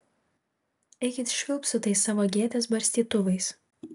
eikit švilpt su tais savo gėtės barstytuvais